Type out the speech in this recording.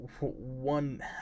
one